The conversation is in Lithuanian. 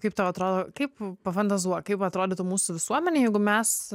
kaip tau atrodo kaip pafantazuok kaip atrodytų mūsų visuomenė jeigu mes